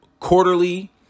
quarterly